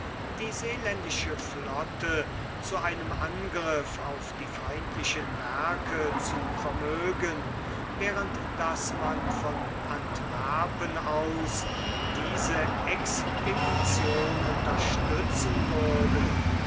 die seeländische flotte zu einem angriff auf die feindlichen werke zu vermögen während daß man von antwerpen aus diese expedition unterstützen würde